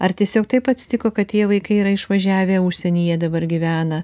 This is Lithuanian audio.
ar tiesiog taip atsitiko kad tie vaikai yra išvažiavę užsienyje dabar gyvena